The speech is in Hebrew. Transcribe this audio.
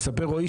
מספר רועי,